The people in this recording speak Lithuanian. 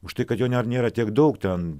už tai kad jo nėra tiek daug ten